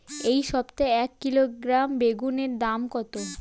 এই সপ্তাহে এক কিলোগ্রাম বেগুন এর দাম কত?